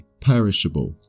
perishable